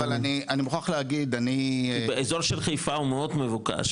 אבל אני מוכרח להגיד --- באזור של חיפה הוא מאוד מבוקש